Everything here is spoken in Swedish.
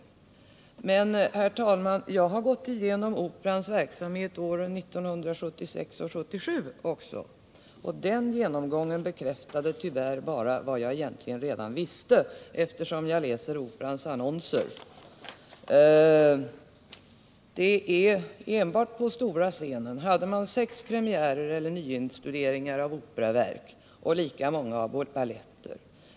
Om målsättningen Jag har emellertid, herr talman, studerat Operans verksamhet också för Operans under åren 1976 och 1977, och den genomgången bekräftade bara vad verksamhet jag egentligen redan visste eftersom jag läser Operans annonser. Enbart på stora scenen hade man sex premiärer eller nyinstuderingar av operaverk och lika många av baletter.